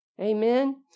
Amen